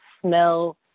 smell